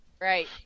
Right